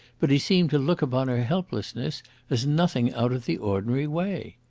but he seemed to look upon her helplessness as nothing out of the ordinary way.